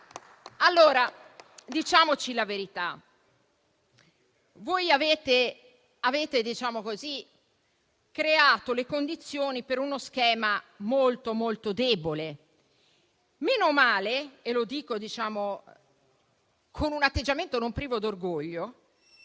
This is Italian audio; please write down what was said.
dubbio. Diciamoci la verità, avete creato le condizioni per uno schema molto, molto debole. Meno male - e lo dico con un atteggiamento non privo di orgoglio